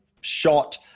shot